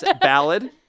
Ballad